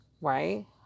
Right